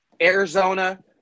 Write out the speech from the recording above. Arizona